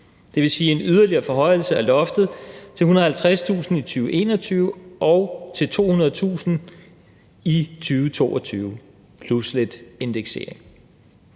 Det vil sige en yderligere forhøjelse af loftet til 150.000 kr. i 2021 og til 200.000 kr. i 2022 – plus lidt indeksering.